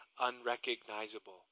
unrecognizable